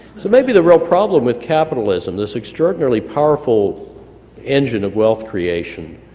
so maybe the real problem with capitalism this extraordinarily powerful engine of wealth creation